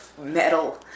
metal